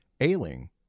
ailing